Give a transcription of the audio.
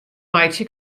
meitsje